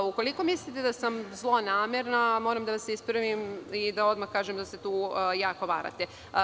Ukoliko mislite da sam zlonamerna, moram da vas ispravim i da odmah kažem da se tu jako varate.